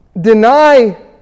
deny